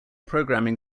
programming